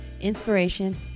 inspiration